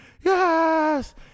Yes